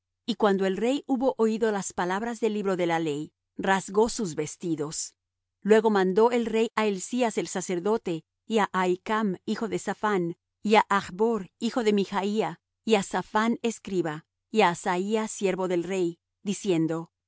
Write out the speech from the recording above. y cuando el rey hubo oído las palabras del libro de la ley rasgó sus vestidos luego mandó el rey á hilcías el sacerdote y á ahicam hijo de saphán y á achbor hijo de michía y á saphán escriba y á asaía siervo del rey diciendo